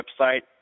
website